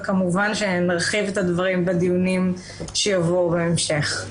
וכמובן שנרחיב את הדברים בדיונים שיבואו בהמשך.